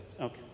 Okay